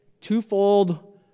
twofold